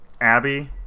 Abby